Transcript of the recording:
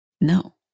no